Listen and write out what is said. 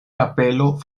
kapelo